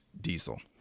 diesel